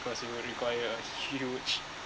because we would require a huge